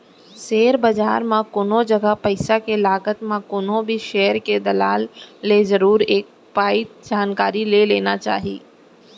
share बजार म कोनो जगा पइसा के लगात म कोनो भी सेयर के दलाल ले जरुर एक पइत जानकारी ले लेना चाही